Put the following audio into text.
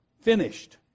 finished